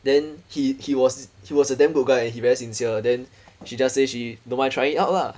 then he he was he was a damn good guy and he very sincere then she just say she don't mind trying it out lah